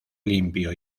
limpio